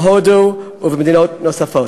בהודו ובמדינות נוספות.